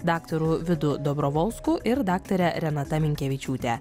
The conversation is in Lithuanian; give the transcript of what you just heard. daktaru vidu dobrovolsku ir daktare renata minkevičiūte